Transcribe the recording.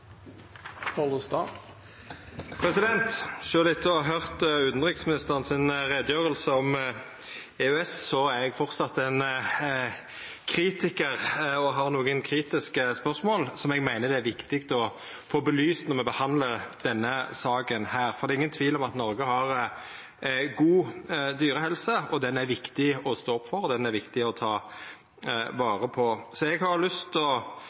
å ha høyrt utgreiinga til utanriksministeren om EØS er eg framleis ein kritikar og har nokre kritiske spørsmål som eg meiner det er viktig å få belyst når me behandlar denne saka. Det er ingen tvil om at Noreg har god dyrehelse, og den er det viktig å stå for og ta vare på. Eg har lyst til først å